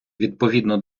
відповідно